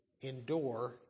endure